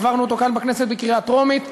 העברנו אותו כאן בכנסת בקריאה טרומית,